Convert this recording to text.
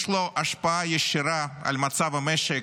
יש לו השפעה ישירה על מצב המשק,